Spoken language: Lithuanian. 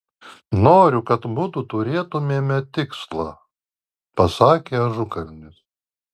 noriu kad mudu turėtumėme tikslą pasakė ažukalnis